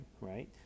right